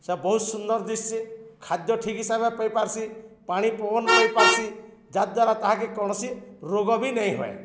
ସେ ବହୁତ୍ ସୁନ୍ଦର୍ ଦିଶ୍ସି ଖାଦ୍ୟ ଠିକ୍ ହିସାବରେ ପାଇପାର୍ସି ପାଣି ପବନ୍ ପାଇପାର୍ସି ଯାହା ଦ୍ୱାରା ତାହାକେ କୌଣସି ରୋଗ ବି ନେଇ ହୁଏ